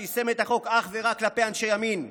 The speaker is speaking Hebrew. שיישם את החוק אך ורק כלפי אנשי ימין,